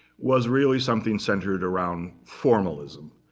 was really something centered around formalism.